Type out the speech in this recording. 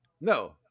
No